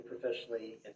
professionally